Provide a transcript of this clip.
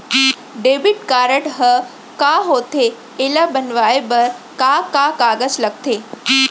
Debit card ह का होथे एला बनवाए बर का का कागज लगथे?